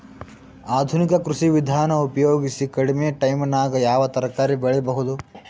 ಆಧುನಿಕ ಕೃಷಿ ವಿಧಾನ ಉಪಯೋಗಿಸಿ ಕಡಿಮ ಟೈಮನಾಗ ಯಾವ ತರಕಾರಿ ಬೆಳಿಬಹುದು?